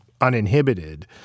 uninhibited